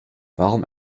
warum